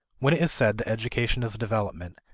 when it is said that education is development,